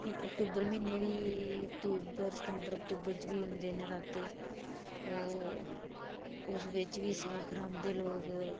फ्ही अक्तूबर महिने बी सितंमबर अक्तुबर बिच बी होंदे नबरात्रे ओह् उस बिच बी साख रांहदे लोग